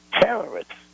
terrorists